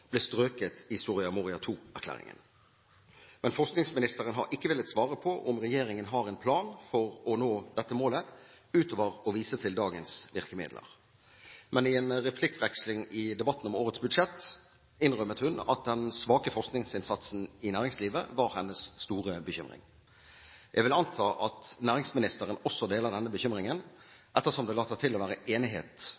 ble strøket i Soria Moria II-erklæringen. Forskningsministeren har ikke villet svare på om regjeringen har en plan for å nå dette målet, utover å vise til dagens virkemidler. Men i en replikkveksling i debatten om årets budsjett innrømmet hun at den svake forskningsinnsatsen i næringslivet var hennes store bekymring. Jeg vil anta at næringsministeren også deler denne bekymringen,